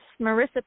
Marissa